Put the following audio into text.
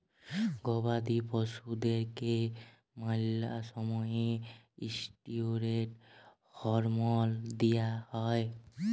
গবাদি পশুদ্যারকে ম্যালা সময়ে ইসটিরেড হরমল দিঁয়া হয়